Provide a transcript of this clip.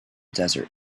desert